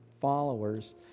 followers